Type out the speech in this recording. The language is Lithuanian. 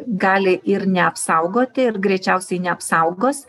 gali ir neapsaugoti ir greičiausiai neapsaugos